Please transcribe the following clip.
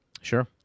Sure